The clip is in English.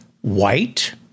white